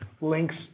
links